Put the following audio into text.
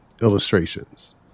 illustrations